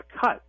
cut